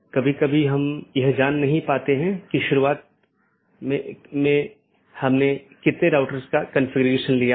तो यह एक सीधे जुड़े हुए नेटवर्क का परिदृश्य हैं